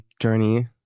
journey